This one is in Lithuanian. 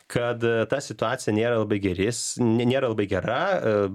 kad ta situacija nėra labai geris nėra labai gera